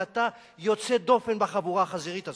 ואתה יוצא דופן בחבורה החזירית הזאת,